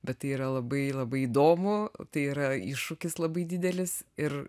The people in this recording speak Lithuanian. bet tai yra labai labai įdomu tai yra iššūkis labai didelis ir